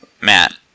Matt